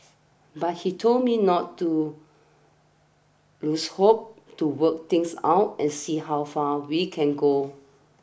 but he told me not to lose hope to work things out and see how far we can go